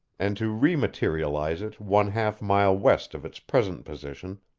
and to re-materialize it one half mile west of its present position,